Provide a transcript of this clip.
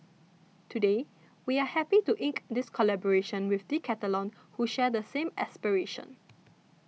today we are happy to ink this collaboration with Decathlon who share the same aspiration